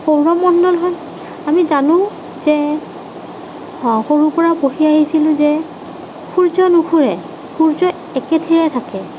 সৌৰমণ্ডল হ'ল আমি জানো যে সৰুৰ পৰা পঢ়ি আহিছিলোঁ যে সূৰ্য নুঘূৰে সূৰ্য একেথিৰে থাকে